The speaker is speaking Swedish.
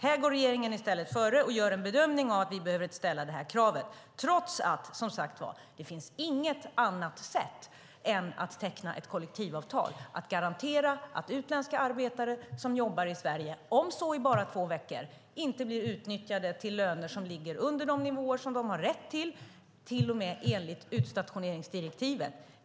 Här går regeringen i stället före och gör en bedömning att vi inte behöver ställa detta krav trots att det, som sagt var, inte finns något annat sätt än att teckna ett kollektivavtal, att garantera att utländska arbetare som jobbar i Sverige, om så i bara två veckor, inte blir utnyttjade till löner som ligger under de nivåer som de har rätt till, till och med enligt utstationeringsdirektivet.